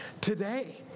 today